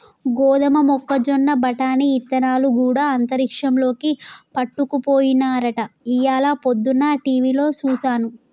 గోదమ మొక్కజొన్న బఠానీ ఇత్తనాలు గూడా అంతరిక్షంలోకి పట్టుకపోయినారట ఇయ్యాల పొద్దన టీవిలో సూసాను